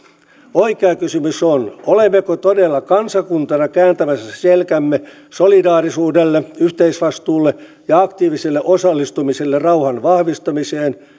oikea kysymys on olemmeko todella kansakuntana kääntämässä selkämme solidaarisuudelle yhteisvastuulle ja aktiiviselle osallistumiselle rauhan vahvistamiseen